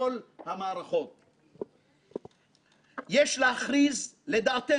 מונופול בהתאם לעובדות שיתגלו בבדיקה מעמיקה שתתבצע על